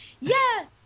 yes